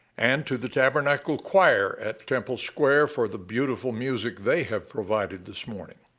and to the tabernacle choir at temple square for the beautiful music they have provided this morning.